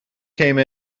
came